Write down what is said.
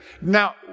Now